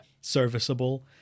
serviceable